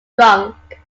drunk